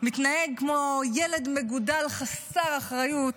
מתנהג כמו ילד מגודל חסר אחריות